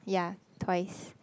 ya twice